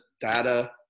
data